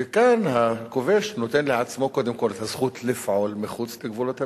וכאן הכובש נותן לעצמו קודם כול את הזכות לפעול מחוץ לגבולות המדינה,